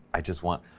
i just want,